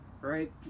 right